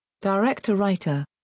Director-Writer